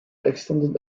extended